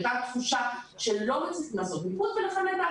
הייתה תחושה שלא --- לעשות מיקוד ולכן הייתה